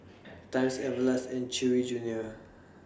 Times Everlast and Chewy Junior